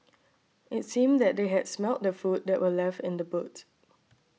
it's seemed that they had smelt the food that were left in the boot